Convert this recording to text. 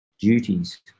duties